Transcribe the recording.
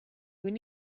would